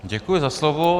Děkuji za slovo.